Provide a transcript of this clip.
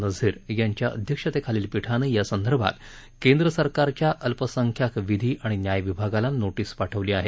नाझीर यांच्या अध्यक्षतेखालील पिठानं यासंदर्भात केंद्र सरकारच्या अल्पसंख्याक विधी आणि न्याय विभागाला नोटीस पाठवली आहे